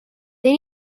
then